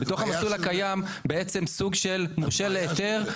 בתוך המסלול הקיים בעצם סוג של מורשה להיתר,